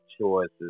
choices